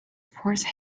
forced